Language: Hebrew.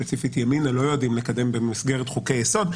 ספציפית ימינה לא יודעות לקדם במסגרת חוקי-יסוד,